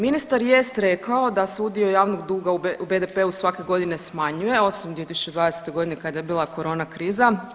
Ministar jest rekao da se udio javnog duga u BDP-u svake godine smanjuje, osim 2020. godine kada je bila corona kriza.